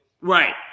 Right